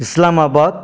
Islamabad